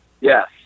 Yes